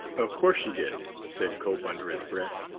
of course she did, said cope under his breath.